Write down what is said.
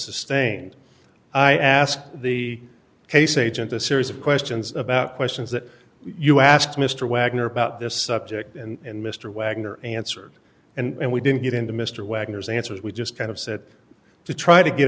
sustained i asked the case agent a series of questions about questions that you asked mr wagner about this subject and mr wagner answered and we didn't get into mr wagner's answers we just kind of said to try to get